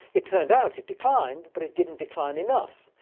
it turned out it declined. but it didn't decline enough.